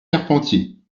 carpentier